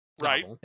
right